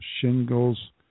Shingles